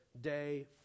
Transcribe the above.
day